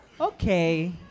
okay